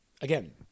Again